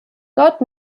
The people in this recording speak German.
dort